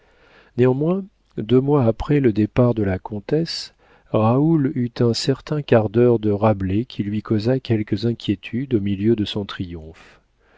néanmoins deux mois après le départ de la comtesse raoul eut un certain quart d'heure de rabelais qui lui causa quelques inquiétudes au milieu de son